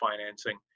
financing